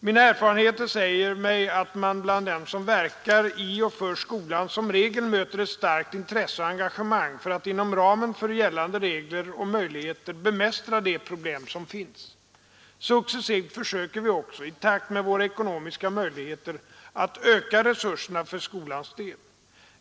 Mina erfarenheter säger mig att man bland dem som verkar i och för skolan som regel möter ett starkt intresse och engagemang för att inom ramen för gällande regler och möjligheter bemästra de problem som finns. Successivt försöker vi också, i takt med våra ekonomiska möjligheter, att öka resurserna för skolans del.